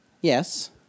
Yes